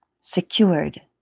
Secured